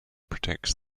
protects